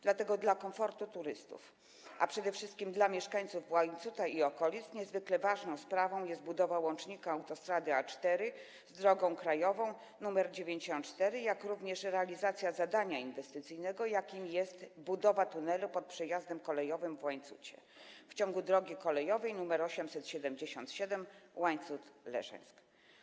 Dlatego dla komfortu turystów, a przede wszystkim dla mieszkańców Łańcuta i okolic niezwykle ważną sprawą jest budowa łącznika autostrady A4 z drogą krajową nr 94, jak również realizacja zadania inwestycyjnego, jakim jest budowa tunelu pod przejazdem kolejowym w Łańcucie w ciągu drogi kolejowej nr 877 Łańcut - Leżajsk.